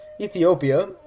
Ethiopia